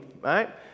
right